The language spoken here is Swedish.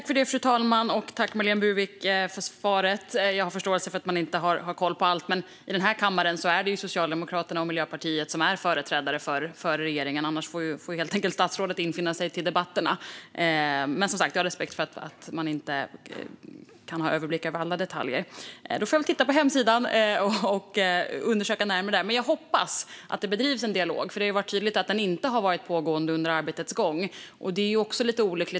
Fru talman! Tack, Marlene Burwick, för svaret! Jag har förståelse för att man inte har koll på allt. Men här i kammaren är Socialdemokraterna och Miljöpartiet företrädare för regeringen. Annars får statsrådet helt enkelt infinna sig till debatterna. Jag har dock respekt för att man inte kan ha överblick över alla detaljer. Jag få titta på hemsidan och undersöka detta närmare där. Jag hoppas dock att man för en dialog, för det är tydligt att det inte har pågått någon sådan under arbetets gång. Det är lite olyckligt.